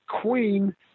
Queen